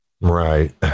Right